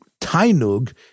Tainug